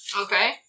Okay